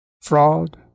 fraud